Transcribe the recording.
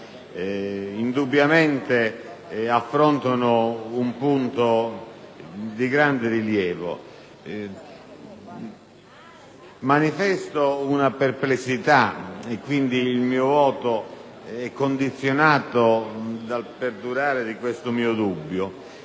indubbiamente un punto di grande rilievo. Tuttavia, manifesto una perplessità e il mio voto è condizionato dal perdurare di questo mio dubbio.